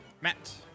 Matt